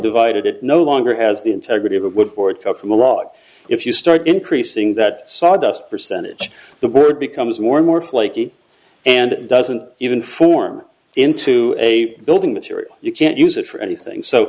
divided it no longer has the integrity of a wood board cut from a log if you start increasing that sawdust percentage the bird becomes more and more flaky and doesn't even form into a building material you can't use it for anything so